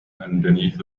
underneath